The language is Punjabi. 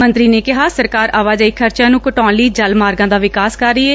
ਮੰਤਰੀ ਨੇ ਕਿਹਾ ਕਿ ਸਰਕਾਰ ਆਵਾਜਾਈ ਖਰਚਿਆਂ ਨੂੰ ਘਟਾਉਣ ਲਈ ਜਲ ਮਾਰਗਾਂ ਦਾ ਵਿਕਾਸ ਕਰ ਰਹੀ ਏ